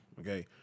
Okay